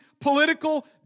political